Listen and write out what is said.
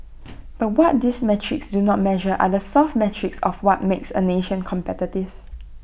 but what these metrics do not measure are the soft metrics of what makes A nation competitive